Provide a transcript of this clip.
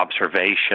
observation